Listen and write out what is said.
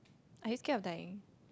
are you scared of dying